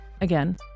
Again